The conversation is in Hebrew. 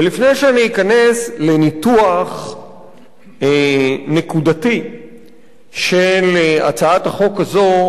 ולפני שאכנס לניתוח נקודתי של הצעת החוק הזאת,